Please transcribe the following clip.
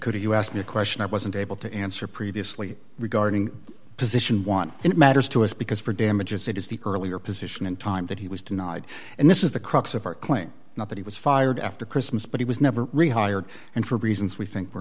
could you ask me a question i wasn't able to answer previously regarding position want it matters to us because for damages it is the earlier position and time that he was denied and this is the crux of our claim not that he was fired after christmas but he was never rehired and for reasons we think were